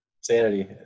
sanity